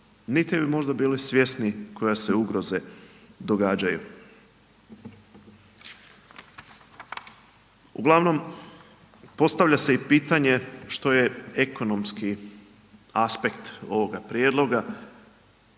niti bi možda bili svjesni koje se ugroze događaju. Uglavnom postavlja se i pitanje što je ekonomski aspekt ovog prijedloga